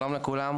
שלום לכולם.